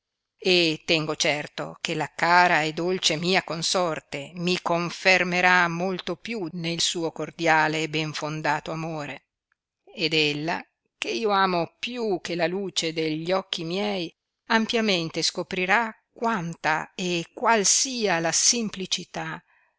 e tengo certo che la cara e dolce mia consorte mi confermerà molto più nel suo cordiale e ben fondato amore ed ella che io amo più che la luce degli occhi miei ampiamente scoprirà quanta e qual sia la simplicità